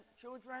children